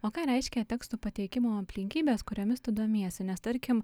o ką reiškia teksto pateikimo aplinkybės kuriomis tu domiesi nes tarkim